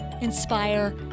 inspire